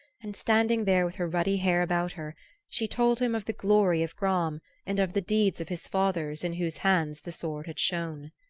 and standing there with her ruddy hair about her she told him of the glory of gram and of the deeds of his fathers in whose hands the sword had shone.